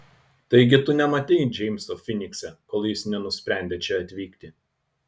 taigi tu nematei džeimso finikse kol jis nenusprendė čia atvykti